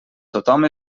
tothom